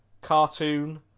cartoon